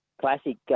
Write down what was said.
classic